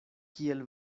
kiel